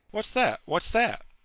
what's that? what's that?